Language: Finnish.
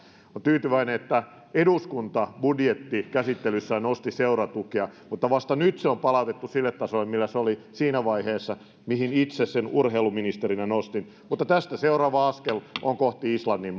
tyytyväinen että eduskunta budjettikäsittelyssään nosti seuratukea mutta vasta nyt se on palautettu sille tasolle millä se oli siinä vaiheessa kun itse sitä urheiluministerinä nostin mutta tästä seuraava askel on kohti islannin